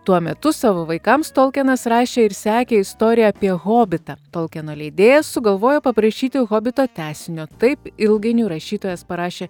tuo metu savo vaikams tolkienas rašė ir sekė istoriją apie hobitą tolkieno leidėjas sugalvojo paprašyti hobito tęsinio taip ilgainiui rašytojas parašė